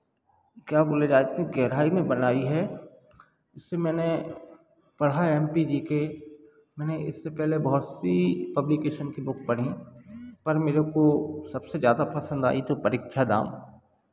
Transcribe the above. क्या बोले जाए इतनी गहराई में बनाई है इसे मैंने पढ़ा है एम पी जी के मैंने इससे पहले बहुत सी पब्लिकेशन की बुक पढ़ीं पर मेरे को सबसे ज़्यादा पसंद आई तो परीक्षा धाम